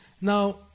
now